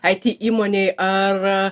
it įmonėj ar